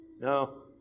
No